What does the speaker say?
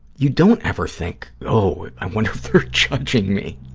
you don't ever think, oh, i wonder if they're judging me.